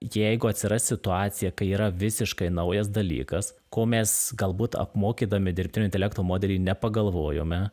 jeigu atsiras situacija kai yra visiškai naujas dalykas ko mes galbūt apmokydami dirbtinio intelekto modelį nepagalvojome